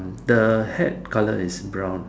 the hat colour is brown